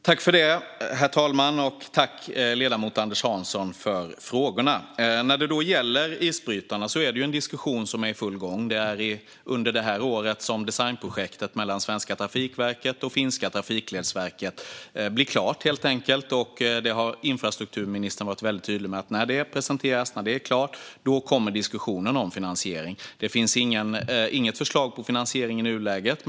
Herr talman! Tack, ledamoten Anders Hansson, för frågorna! När det gäller isbrytarna är det en diskussion som är i full gång. Under det här året blir designprojektet mellan svenska Trafikverket och finländska Trafikledsverket klart. Infrastrukturministern har varit väldigt tydlig med att när det har presenterats, när det är klart, kommer diskussionen om finansiering. Det finns inget förslag på finansiering i nuläget.